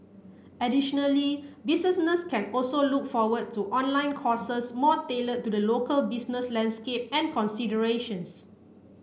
additionally businesses can also look forward to online courses more tailored to the local business landscape and considerations